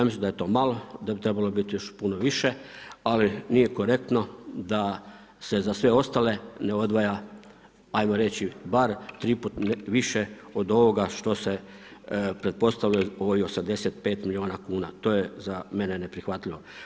Ja mislim da je to malo da bi trebalo biti još puno više, ali nije korektno da se za sve ostale ne odvaja ajmo reći bar tri put više od ovoga što se pretpostavilo u ovih 85 milijuna kuna, to je za mene neprihvatljivo.